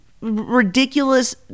ridiculous